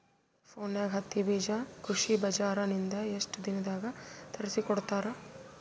ಫೋನ್ಯಾಗ ಹತ್ತಿ ಬೀಜಾ ಕೃಷಿ ಬಜಾರ ನಿಂದ ಎಷ್ಟ ದಿನದಾಗ ತರಸಿಕೋಡತಾರ?